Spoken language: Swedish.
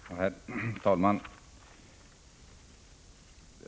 Herr talman!